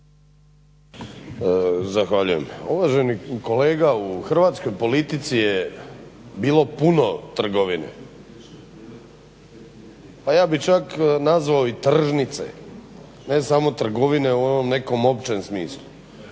Zahvaljujem. Uvaženi kolega u hrvatskoj politici je bilo puno trgovine, a ja bih čak nazvao i tržnice, ne samo trgovine u onom nekom općem smislu